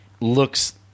looks